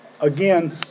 Again